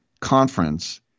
conference